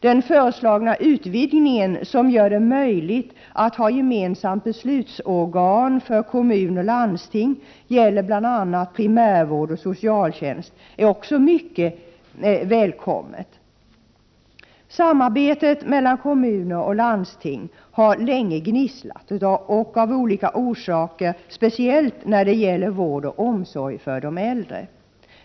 Den föreslagna utvidgningen, som gör det möjligt att ha gemensamma beslutsorgan för kommun och landsting, bl.a. när det gäller primärvård och socialtjänst, är också mycket välkommen. Samarbetet mellan kommuner och landsting har länge gnisslat, och av olika orsaker speciellt när det gäller vård och omsorg för de äldre.